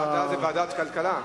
הוועדה זה ועדת הכלכלה?